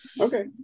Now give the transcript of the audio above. Okay